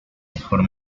mejor